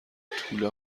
توله